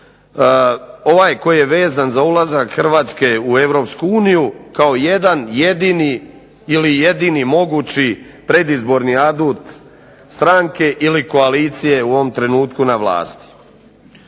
ovaj koji je vezan za ulazak HRvatske u EU kao jedan jedini ili jedini mogući predizborni adut stranke ili koalicije u ovom trenutku na vlasti.